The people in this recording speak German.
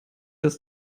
dass